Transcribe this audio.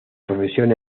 profesión